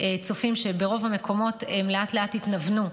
צופים שברוב המקומות הם לאט-לאט יתנוונו,